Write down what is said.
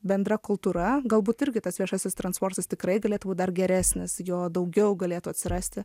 bendra kultūra galbūt irgi tas viešasis transportas tikrai galėtų būt dar geresnis jo daugiau galėtų atsirasti